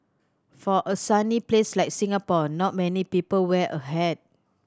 for a sunny place like Singapore not many people wear a hat